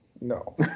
No